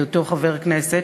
בהיותו חבר כנסת,